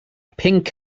pinc